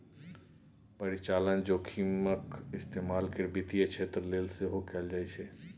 परिचालन जोखिमक इस्तेमाल गैर वित्तीय क्षेत्र लेल सेहो कैल जाइत छै